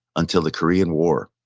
until the korean war,